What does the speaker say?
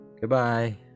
Goodbye